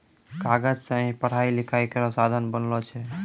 कागज सें ही पढ़ाई लिखाई केरो साधन बनलो छै